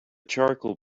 charcoal